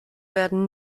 werden